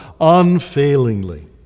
unfailingly